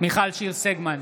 מיכל שיר סגמן,